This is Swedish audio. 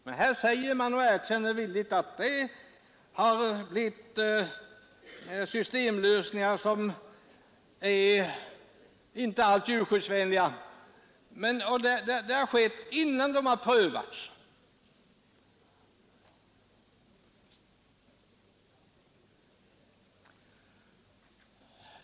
Men här erkänner man villigt att systemlösningar som inte alls är djurskyddsvänliga har tagits i bruk innan de har prövats.